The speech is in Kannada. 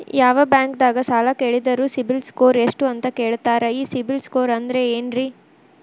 ಯಾವ ಬ್ಯಾಂಕ್ ದಾಗ ಸಾಲ ಕೇಳಿದರು ಸಿಬಿಲ್ ಸ್ಕೋರ್ ಎಷ್ಟು ಅಂತ ಕೇಳತಾರ, ಈ ಸಿಬಿಲ್ ಸ್ಕೋರ್ ಅಂದ್ರೆ ಏನ್ರಿ?